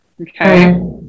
okay